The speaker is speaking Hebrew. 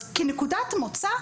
אז כנקודת מוצא,